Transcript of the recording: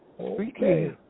Okay